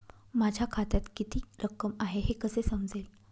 माझ्या खात्यात किती रक्कम आहे हे कसे समजेल?